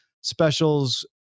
specials